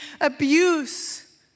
abuse